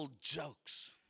jokes